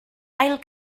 ail